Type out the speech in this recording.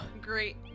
great